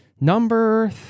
Number